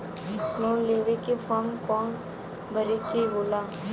Loan लेवे के form कौन भरे के होला?